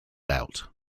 out